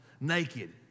naked